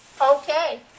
Okay